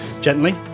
gently